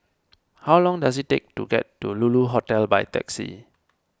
how long does it take to get to Lulu Hotel by taxi